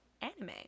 anime